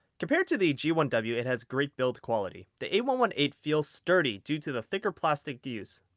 compared to the g one w it has great build quality the a one one eight feels sturdy due to the thicker plastic used.